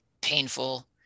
painful